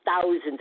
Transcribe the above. thousands